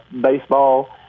baseball